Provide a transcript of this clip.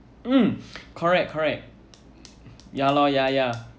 um correct correct ya lor ya ya